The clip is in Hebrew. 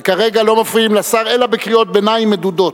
כרגע לא מפריעים לשר אלא בקריאות ביניים מדודות.